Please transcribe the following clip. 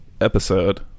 episode